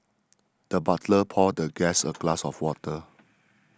the butler poured the guest a glass of water